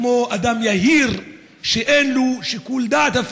כמו אדם יהיר שאין לו אפילו שיקול דעת.